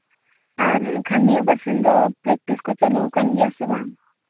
ᱟᱨ ᱮᱱᱠᱷᱟᱱ ᱱᱤᱭᱟᱹ ᱵᱟᱨ ᱥᱤᱧ ᱫᱚ ᱯᱮᱠᱴᱤᱥ ᱠᱚ ᱪᱟᱹᱞᱩᱣᱟᱠᱟᱱᱟ ᱥᱮ ᱵᱟᱝ